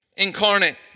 Incarnate